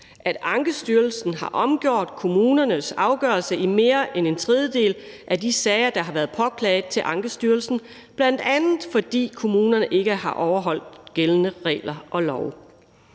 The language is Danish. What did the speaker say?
at Ankestyrelsen har omgjort kommunernes afgørelser i mere end en tredjedel af de sager, der har været påklaget til Ankestyrelsen, bl.a. fordi kommunerne ikke har overholdt gældende regler og love.